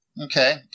Okay